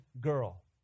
girl